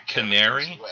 Canary